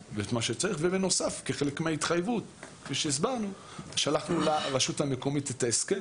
ובנוסף כחלק מההתחייבות שלחנו לרשות המקומית את ההסכם